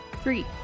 Three